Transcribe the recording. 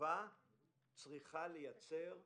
הסביבה צריכה לייצר אחריות,